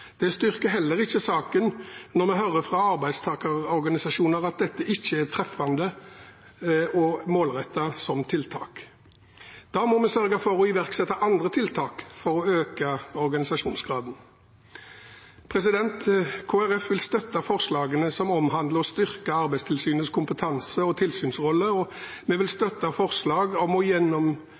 Det styrker heller ikke saken når vi hører fra arbeidstakerorganisasjoner at dette ikke er treffende og målrettet som tiltak. Da må vi sørge for å iverksette andre tiltak for å øke organisasjonsgraden. Kristelig Folkeparti vil støtte forslagene som omhandler å styrke Arbeidstilsynets kompetanse og tilsynsrolle, og vi vil støtte forslag om å